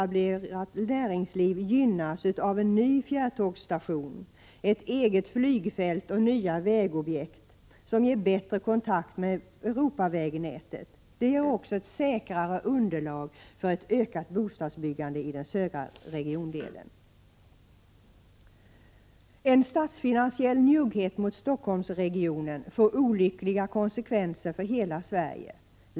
1986/87:129 näringsliv gynnas av en ny fjärrtågsstation, ett eget flygfält och nya 22 maj 1987 vägprojekt som ger bättre kontakt med Europavägnätet. Detta ger också ett säkrare underlag för ett ökat bostadsbyggande i den södra regiondelen. En statsfinansiell njugghet mot Stockholmsregionen får olyckliga konsekvenser för hela Sverige.